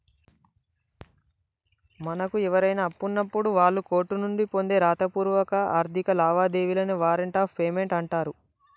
మనకు ఎవరైనా అప్పున్నప్పుడు వాళ్ళు కోర్టు నుండి పొందే రాతపూర్వక ఆర్థిక లావాదేవీలనే వారెంట్ ఆఫ్ పేమెంట్ అంటరు